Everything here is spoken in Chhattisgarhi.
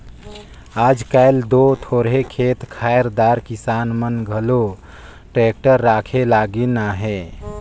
आएज काएल दो थोरहे खेत खाएर दार किसान मन घलो टेक्टर राखे लगिन अहे